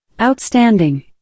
Outstanding